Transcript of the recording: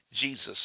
jesus